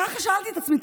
ככה שאלתי את עצמי.